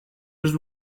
there